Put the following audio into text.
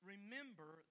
Remember